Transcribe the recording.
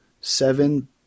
seven